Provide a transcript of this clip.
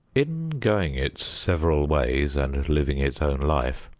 in going its several ways and living its own life,